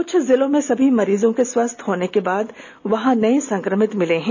कुछ जिलों में सभी मरीजों के स्वस्थ होने के बाद वहां नए संक्रमित मिले हैं